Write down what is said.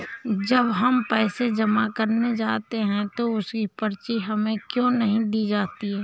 जब हम पैसे जमा करने जाते हैं तो उसकी पर्ची हमें क्यो नहीं दी जाती है?